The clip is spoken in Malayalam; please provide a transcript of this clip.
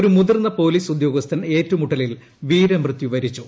ഒരു മുതിർന്ന പൊലീസ് ഉദ്യോഗസ്ഥൻ ഏറ്റുമുട്ടലിൽ വീരമൃത്യു വരിച്ചു